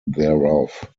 thereof